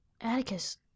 Atticus